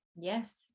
yes